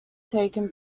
taken